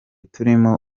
turimo